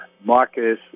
Marcus